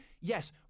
yes